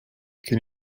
can